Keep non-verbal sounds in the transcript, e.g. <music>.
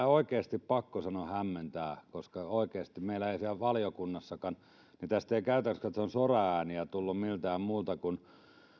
<unintelligible> on oikeasti pakko sanoa että hämmentää koska oikeasti meillä ei siellä valiokunnassakaan tästä käytännöllisesti katsoen soraääniä tullut keneltäkään muulta kuin <unintelligible>